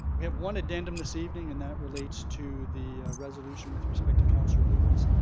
we have one addendum this evening, and that relates to the resolution with respect to councillor lubberts.